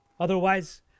Otherwise